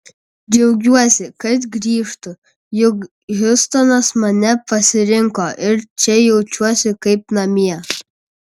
džiaugiuosi kad grįžtu juk hjustonas mane pasirinko ir čia jaučiuosi kaip namie